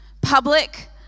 public